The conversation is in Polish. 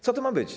Co to ma być?